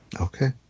Okay